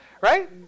Right